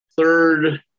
Third